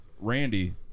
Randy